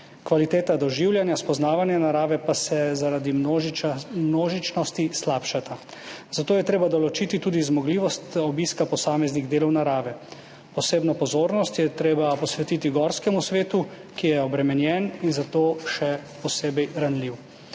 Kvaliteta doživljanja in spoznavanja narave pa se zaradi množičnosti slabša, zato je treba določiti tudi zmogljivost obiska posameznih delov narave. Posebno pozornost je treba posvetiti gorskemu svetu, ki je obremenjen in zato še posebej ranljiv.